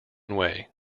way